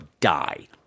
Die